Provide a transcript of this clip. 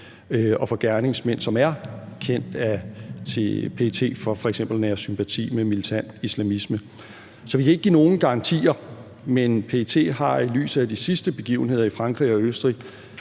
og for gerningsmænd, som er kendt af PET for f.eks. at nære sympati med militant islamisme. Så vi kan ikke give nogen garantier, men PET har i lyset af de sidste begivenheder i Frankrig og Østrig